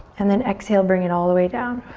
and then exhale, bring it all the way down.